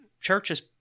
churches